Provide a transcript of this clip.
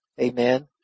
Amen